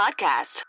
Podcast